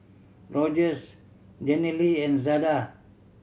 Rogers Jenilee and Zada